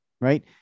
right